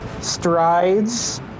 strides